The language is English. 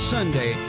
Sunday